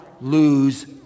lose